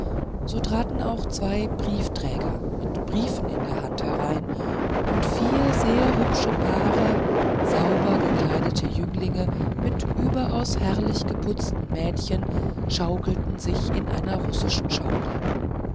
so traten auch zwei briefträger mit briefen in der hand einher und vier sehr hübsche paare sauber gekleidete jünglinge mit überaus herrlich geputzten mädchen schaukelten sich in einer russischen schaukel